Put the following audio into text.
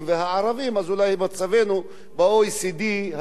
אז אולי מצבנו ב-OECD היה יותר טוב,